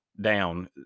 down